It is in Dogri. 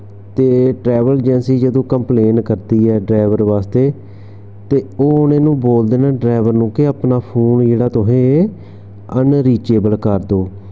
ते ट्रैवल एजेंसी जदूं कम्प्लेन करदी ऐ ड्रैवर आस्तै ते ओह् इना नू बोलदे न ड्रैवर नू के अपना फोन जेह्ड़ा तुसें अनरीचएबल करदो